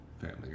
Family